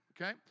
okay